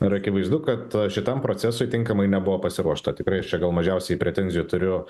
ir akivaizdu kad šitam procesui tinkamai nebuvo pasiruošta tikrai aš čia gal mažiausiai pretenzijų turiu